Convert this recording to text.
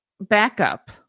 backup